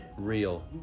Real